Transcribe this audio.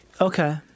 Okay